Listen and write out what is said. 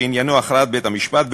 שעניינו הכרעת בית-המשפט,